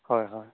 হয় হয়